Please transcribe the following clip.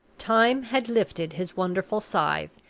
time had lifted his wonderful scythe,